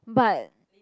but